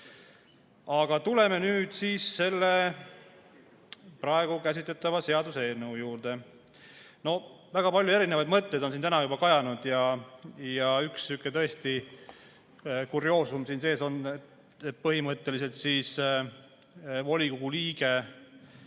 Aga tuleme nüüd selle praegu käsitletava seaduseelnõu juurde. Väga palju erinevaid mõtteid on siin täna juba kajanud. Üks sihuke tõesti kurioosum siin sees on: põhimõtteliselt volikogu liige